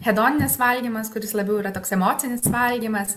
hedoninis valgymas kuris labiau yra toks emocinis valgymas